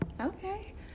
okay